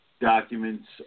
documents